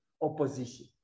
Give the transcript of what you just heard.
opposition